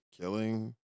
Killing